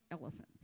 elephants